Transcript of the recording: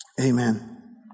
Amen